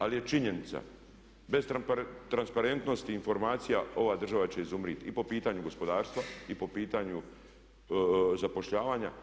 Ali je činjenica bez transparentnosti informacija ova država će izumrijeti i po pitanju gospodarstva i po pitanju zapošljavanja.